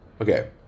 okay